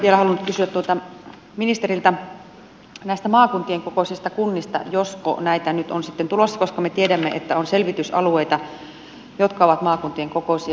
olisin vielä halunnut kysyä ministeriltä näistä maakuntien kokoisista kunnista josko näitä nyt on sitten tulossa koska me tiedämme että on selvitysalueita jotka ovat maakuntien kokoisia